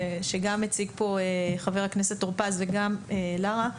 שהציגו פה חבר הכנסת טור פז וגם לארה,